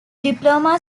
diploma